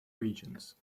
regions